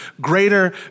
greater